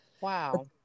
Wow